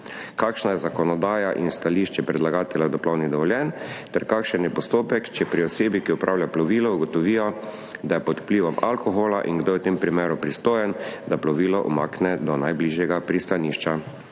kakšna je zakonodaja in kakšno je stališče predlagatelja do plovnih dovoljenj ter kakšen je postopek, če pri osebi, ki opravlja plovilo, ugotovijo, da je pod vplivom alkohola in kdo je v tem primeru pristojen, da plovilo umakne do najbližjega pristanišča.